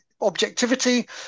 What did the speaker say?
objectivity